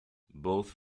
both